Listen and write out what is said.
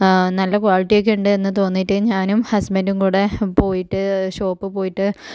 നല്ല ക്വാളിറ്റിയൊക്കെ ഉണ്ട് എന്ന് തോന്നിയിട്ട് ഞാനും ഹസ്ബൻറ്റും കൂടി പോയിട്ട് ഷോപ്പിൽ പോയിട്ട്